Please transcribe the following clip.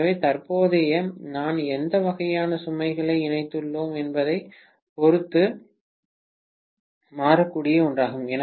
எனவே தற்போதைய நான் எந்த வகையான சுமைகளை இணைத்துள்ளேன் என்பதைப் பொறுத்து மாறக்கூடிய ஒன்றாகும்